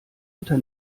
unter